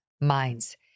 minds